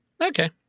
Okay